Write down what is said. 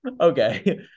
Okay